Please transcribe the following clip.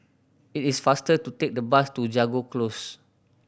it is faster to take the bus to Jago Close